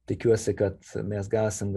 tikiuosi kad mes gausim